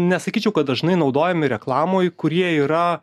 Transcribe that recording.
nesakyčiau kad dažnai naudojami reklamoj kurie yra